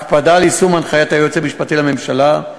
הקפדה על יישום הנחיית היועץ המשפטי לממשלה,